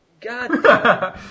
God